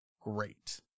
great